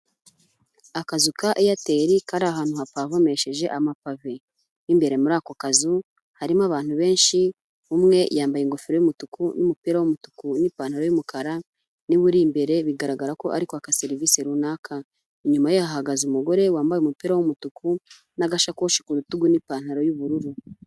Akazu ka airtel kari ahantu hapavomesheje amapave. Mo imbere muri ako kazu, harimo abantu benshi, umwe yambaye ingofero y'umutuku n'umupira w'umutuku n'ipantaro y'umukara, ni we uri imbere bigaragara ko ari kwaka serivise runaka. Inyuma ye hahagaze umugore wambaye umupira w'umutuku n'agasakoshi ku rutugu n'ipantaro y'ubururu.